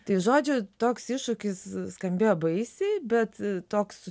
tai žodžiu toks iššūkis skambėjo baisiai bet toks